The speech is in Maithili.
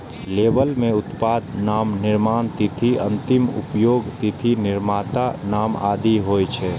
लेबल मे उत्पादक नाम, निर्माण तिथि, अंतिम उपयोगक तिथि, निर्माताक नाम आदि होइ छै